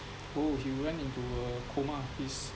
oh he went into a coma he's